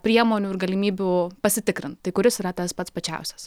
priemonių ir galimybių pasitikrinti tai kuris yra tas pats pačiausias